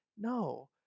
no